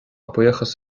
buíochas